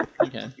okay